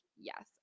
yes